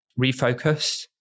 refocus